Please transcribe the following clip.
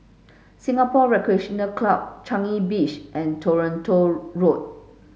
Singapore Recreation Club Changi Beach and Toronto Road